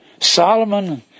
Solomon